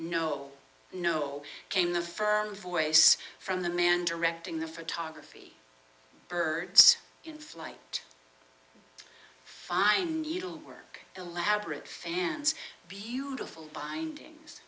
no no came the first voice from the man directing the photography birds in flight find you don't work elaborate fans beautiful bindings